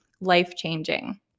life-changing